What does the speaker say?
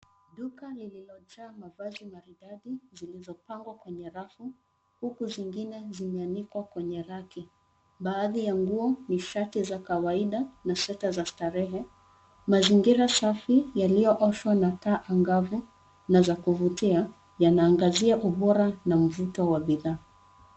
Duka lililojaa mavazi maridadi zilizopangwa kwenye rafu huku zingine zimeanikwa kwenye raki. Baadhi ya nguo ni shati za kawaida na sweta za starehe. Mazingira safi yaliyooshwa na taa angavu na za kuvutia yanaangazia ubora na mvuto wa bidhaa.